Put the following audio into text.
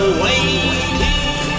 waiting